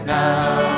now